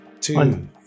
two